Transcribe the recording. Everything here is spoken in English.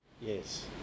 Yes